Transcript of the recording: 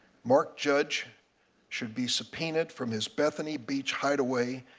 mark judge should be subpoenaed from his bethany beach hide away,